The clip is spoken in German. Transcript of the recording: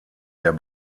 der